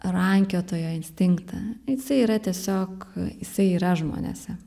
rankiotojo instinktą jisai yra tiesiog jisai yra žmonėse